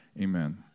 amen